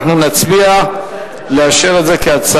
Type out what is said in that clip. אנחנו נצביע אם לאשר את זה כהצעה